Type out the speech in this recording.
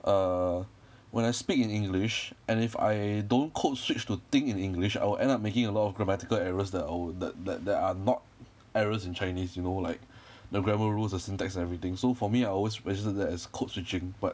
err when I speak in english and if I don't code switch to think in english I will end up making a lot of grammatical errors that I will that that that are not errors in chinese you know like the grammar rules the syntax and everything so for me I was registered that as code switching but